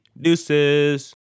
Deuces